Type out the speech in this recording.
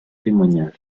témoignage